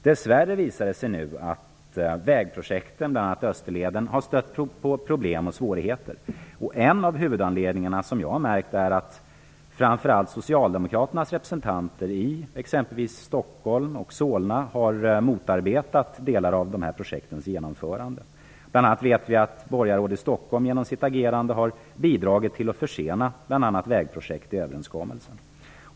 Dess värre visar det sig nu att vägprojekten - bl.a. Österleden - har stött på problem och svårigheter. En av huvudanledningarna är, har jag märkt, att framför allt socialdemokraternas representanter i exempelvis Stockhom och Solna har motarbetat delar av de här projektens genomförande. Bl.a. vet vi att borgarråd i Stockholm genom sitt agerande har bidragit till en försening exempelvis av vägprojekt i överenskommelsen.